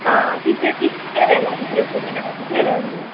आं तिसरें तिसरें जाय आसले तिसऱ्यो खुबे नाका तिसऱ्यो जाय आसल्यो